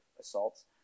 assaults